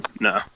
No